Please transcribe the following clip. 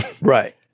Right